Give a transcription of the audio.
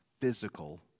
physical